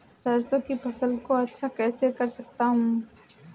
सरसो की फसल को अच्छा कैसे कर सकता हूँ?